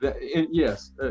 Yes